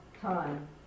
time